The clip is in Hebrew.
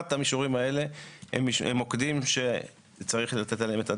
ארבעת מישורים האלה הם מוקדים שצריך לתת עליהם את הדעת.